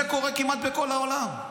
זה קורה כמעט בכל העולם.